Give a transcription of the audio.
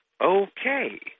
okay